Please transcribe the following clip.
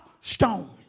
stone